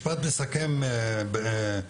משפט מסכם בבקשה,